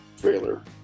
trailer